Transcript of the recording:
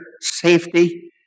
safety